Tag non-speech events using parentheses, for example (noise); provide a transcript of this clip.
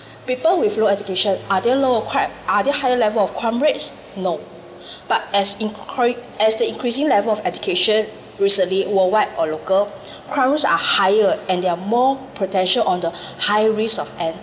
people with no education are there low crime are there higher level of crime rates no (breath) but as incr~ as the increasing level of education recently worldwide or local crimes are higher and there are more potential on the high risk of end